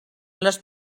les